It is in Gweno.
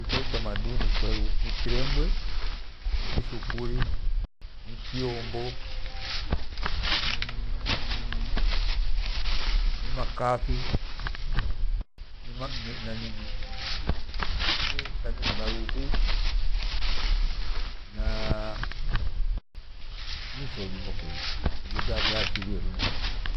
Fijo fya utamaduni kwira ni kirembwe kishukuri ni kiombo ni makafi na nini ma- ma- marughu naa mwishidu kwakwesi.